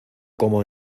como